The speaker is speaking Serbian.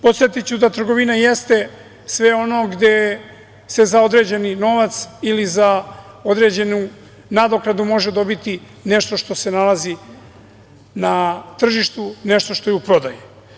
Podsetiću da trgovina jeste sve ono gde se za određeni novac ili za određenu nadoknadu može dobiti nešto što se nalazi na tržištu, nešto što je u prodaji.